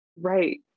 Right